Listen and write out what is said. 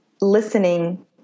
listening